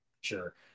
Sure